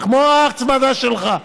כמו ההצמדה שלך,